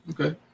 Okay